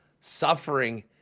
suffering